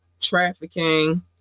trafficking